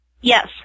Yes